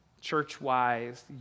church-wise